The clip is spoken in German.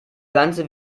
ganze